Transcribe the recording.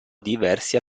diversi